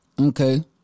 Okay